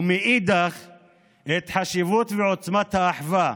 ומאידך גיסא, את חשיבות ועוצמת האחווה,